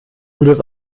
gutes